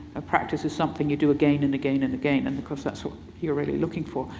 a practice is something you do again and again and again. and of course that's what you're really looking for.